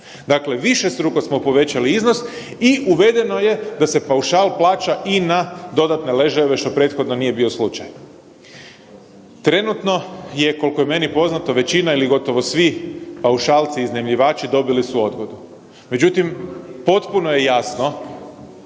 Dakle, višestruko smo povećali iznos i uvedeno je da se paušal plaća i na dodatne ležajeve što prethodno nije bio slučaj. Trenutno je koliko je meni poznato većina ili gotovo svi paušalci iznajmljivači dobili su odgodu. Međutim, potpuno je jasno,